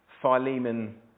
Philemon